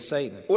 Satan